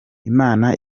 imana